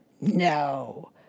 no